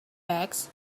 bags